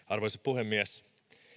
arvoisa puhemies